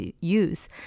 use